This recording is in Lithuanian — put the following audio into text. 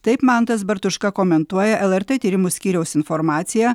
taip mantas bartuška komentuoja lrt tyrimų skyriaus informaciją